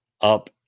up